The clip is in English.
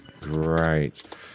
Great